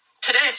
today